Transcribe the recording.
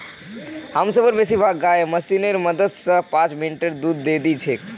हमसार बेसी भाग गाय मशीनेर मदद स पांच मिनटत दूध दे दी छेक